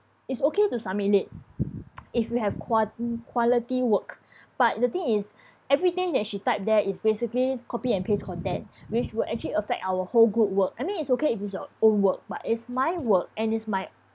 it's okay to submit late if you have qua~ quality work but the thing is everything that she typed there is basically copy and paste content which will actually affect our whole group work I mean it's okay if it's your own work but it's my work and it's my